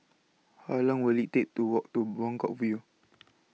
How Long Will IT Take to Walk to Buangkok View